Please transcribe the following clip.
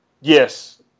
Yes